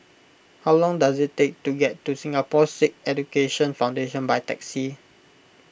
how long does it take to get to Singapore Sikh Education Foundation by taxi